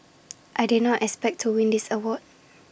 I did not expect to win this award